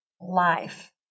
life